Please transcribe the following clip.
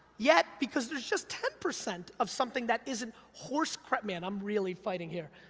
yet, because there's just ten percent of something that isn't horsecrap, man, i'm really fighting here.